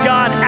God